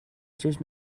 چشم